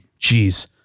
jeez